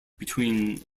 between